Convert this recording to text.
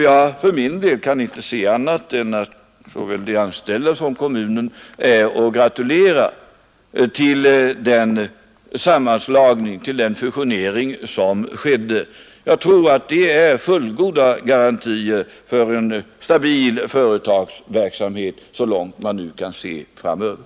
Jag för min del kan inte se annat än att såväl de anställda som kommunen är att gratulera till den sammanslagning som skedde. Jag tror att den innebär fullgoda garantier för en stabil verksamhet så långt man nu kan se framöver.